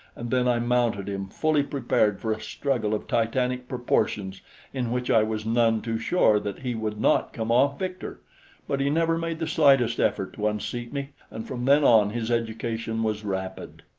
and then i mounted him fully prepared for a struggle of titanic proportions in which i was none too sure that he would not come off victor but he never made the slightest effort to unseat me, and from then on his education was rapid.